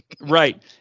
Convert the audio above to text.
Right